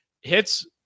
hits